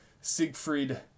Siegfried